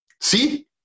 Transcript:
see